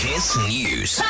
News